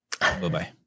Bye-bye